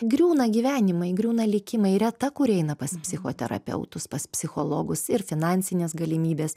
griūna gyvenimai griūna likimai reta kuri eina pas psichoterapeutus pas psichologus ir finansinės galimybės